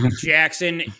Jackson